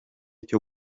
cyo